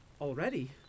Already